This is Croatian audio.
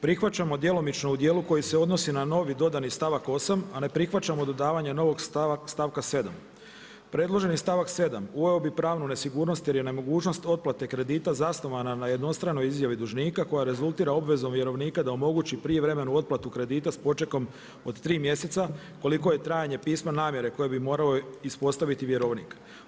Prihvaćamo u djelomično u dijelu koji se odnosi na novi dodani stavak 8., a ne prihvaćamo dodavanje novog stavka 7. Predloženi stavak 7. uveo bi pravnu nesigurnost jer je nemogućnost otplate kredita zasnovana na jednostranoj izjavi dužnika koja rezultira obvezom vjerovnika da omogući prijevremenu otplatu kredita sa počekom od 3 mjeseca koliko je trajanje pisma namjere koje bi morao ispostaviti vjerovnik.